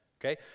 Okay